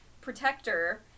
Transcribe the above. protector